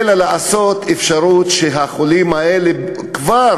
לאפשר לחולים האלה, כבר